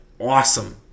awesome